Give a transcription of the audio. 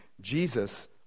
Jesus